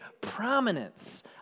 prominence